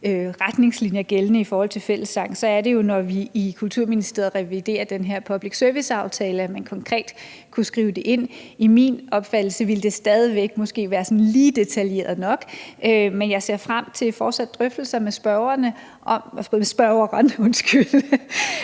retningslinjer gældende i forhold til fællessang, er det jo, når vi i Kulturministeriet reviderer den her public service-aftale, at man konkret kan skrive det ind. Efter min opfattelse ville det stadig væk være måske lige detaljeret nok, men jeg ser frem til fortsatte drøftelser med spørgeren om, hvordan vi